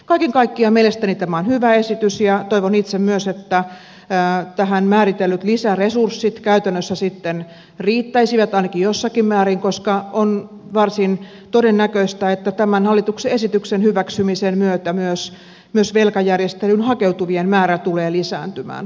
kaiken kaikkiaan mielestäni tämä on hyvä esitys ja toivon itse myös että tähän määritellyt lisäresurssit käytännössä sitten riittäisivät ainakin jossakin määrin koska on varsin todennäköistä että tämän hallituksen esityksen hyväksymisen myötä myös velkajärjestelyyn hakeutuvien määrä tulee lisääntymään